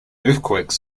earthquake